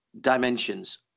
dimensions